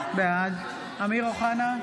בעד אמיר אוחנה,